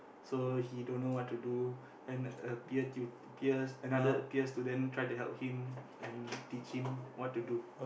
so he don't know what to do and a peer tut~ peer another peer student try to help him and teach him what to do